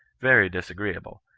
very disagreeable,